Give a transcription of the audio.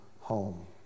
home